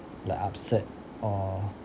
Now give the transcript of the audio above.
like upset or